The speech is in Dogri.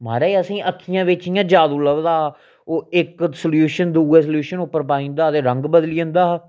महाराज असें गी आक्खियें बिच्च इ'यां जादू लभदा हा ओह् इक सल्यूशन दूआ सल्यूशन उप्पर पाई दिंदा हा ते रंग बदली जंदा हा